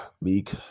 Meek